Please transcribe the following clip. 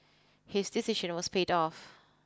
his decision was paid off